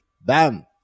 bam